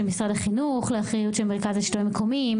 משרד החינוך לאחריות מרכז השלטון המקומי,